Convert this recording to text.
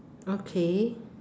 okay